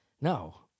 No